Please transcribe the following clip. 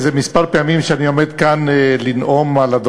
כמה פעמים עמדתי לנאום כאן,